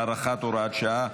הארכת הוראת שעה),